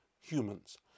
humans